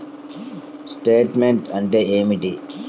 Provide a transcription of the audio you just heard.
Statement అంటే ఏమిటి?